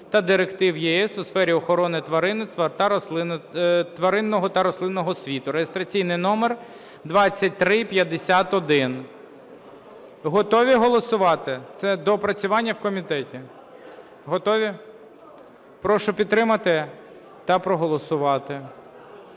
та директив ЄС у сфері охорони тваринного та рослинного світу) (реєстраційний номер 2351). Готові голосувати? Це доопрацювання в комітеті. Готові? Прошу підтримати та проголосувати.